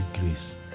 grace